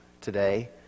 today